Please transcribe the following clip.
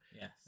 yes